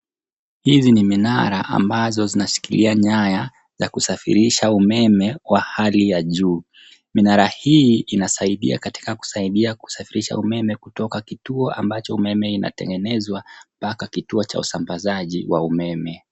Hizi ni minara ambazo zinashikilia nyaya za kusafirisha umeme kwa hali ya juu. Minara hii inasaidia katika kusaidia kusafirisha umeme kutoka kituo ambacho umeme inategenezwa mpaka kituo cha usambazaji wa umeme.